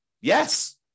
Yes